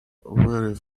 were